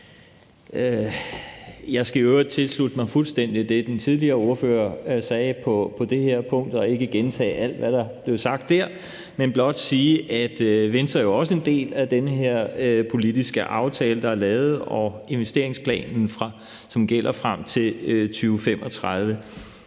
Jeg skal i øvrigt fuldstændig tilslutte mig det, den tidligere ordfører sagde på det her punkt, og ikke gentage alt, hvad der er blevet sagt, men blot sige, at Venstre jo også er en del af den her politiske aftale, der er lavet, og investeringsplanen, som gælder frem til 2035.